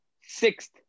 sixth